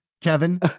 Kevin